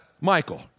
Michael